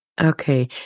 okay